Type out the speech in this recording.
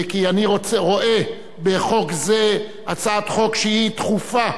כי אני רואה בחוק זה הצעת חוק שהיא דחופה,